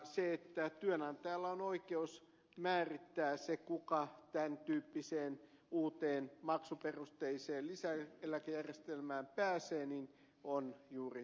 se että työnantajalla on oikeus määrittää se kuka tämäntyyppiseen uuteen maksuperusteiseen lisäeläkejärjestelmään pääsee on juuri tätä